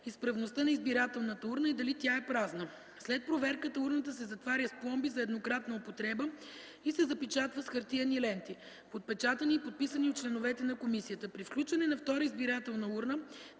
изправността на избирателната урна и дали тя е празна. След проверката урната се затваря с пломби за еднократна употреба и се запечатва с хартиени ленти, подпечатани и подписани от членовете на комисията. При включване на втора избирателна урна